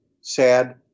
sad